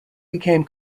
became